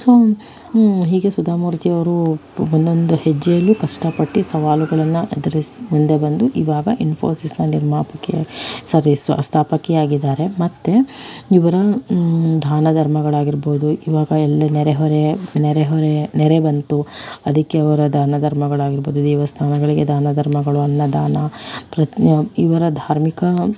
so ಹೀಗೆ ಸುಧಾಮೂರ್ತಿಯವರು ಒಂದೊಂದು ಹೆಜ್ಜೆಯಲ್ಲೂ ಕಷ್ಟಪಟ್ಟು ಸವಾಲುಗಳನ್ನು ಎದುರಿಸಿ ಮುಂದೆ ಬಂದು ಇವಾಗ ಇನ್ಫೋಸಿಸ್ನ ನಿರ್ಮಾಪಕಿ ಸ್ವಾರಿ ಸ್ಥಾಪಕಿಯಾಗಿದಾರೆ ಮತ್ತೆ ಇವರ ದಾನ ಧರ್ಮಗಳಾಗಿರ್ಬೋದು ಇವಾಗ ಎಲ್ಲ ನೆರೆ ಹೊರೆ ನೆರೆ ಹೊರೆ ನೆರೆ ಬಂತು ಅದಕ್ಕೆ ಅವರ ದಾನ ಧರ್ಮಗಳಾಗಿರ್ಬೋದು ದೇವಸ್ಥಾನಗಳಿಗೆ ದಾನ ಧರ್ಮಗಳು ಅನ್ನದಾನ ಪ್ರತಿಯೊ ಇವರ ಧಾರ್ಮಿಕ